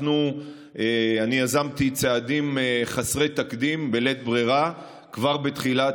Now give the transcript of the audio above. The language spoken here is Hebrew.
אני יזמתי צעדים חסרי תקדים בלית ברירה כבר בתחילת